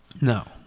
No